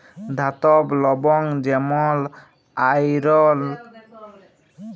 ধাতব লবল যেমল আয়রল ফসফেট, আলুমিলিয়াম সালফেট এবং ফেরিক সডিয়াম ইউ.টি.এ তুললামূলকভাবে বিশহিল